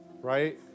right